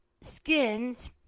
Skins